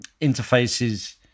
interfaces